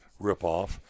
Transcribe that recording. ripoff